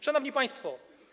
Szanowni Państwo!